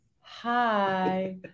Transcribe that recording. Hi